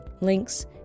Links